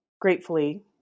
Gratefully